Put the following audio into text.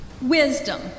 Wisdom